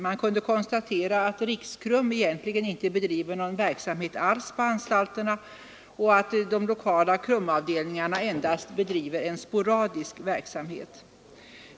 Man kunde konstatera att Riks-KRUM egentligen inte bedriver någon verksamhet på anstalterna och att de lokala KRUM-avdelningarna endast bedriver sporadisk verksamhet.